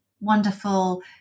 wonderful